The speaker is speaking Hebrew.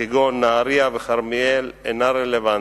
כגון נהרייה וכרמיאל, אינה רלוונטית.